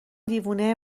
دیوونه